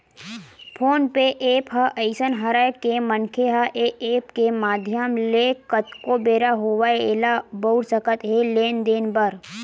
phone पे app ह अइसन हरय के मनखे ह ऐ ऐप के माधियम ले कतको बेरा होवय ऐला बउर सकत हे लेन देन बर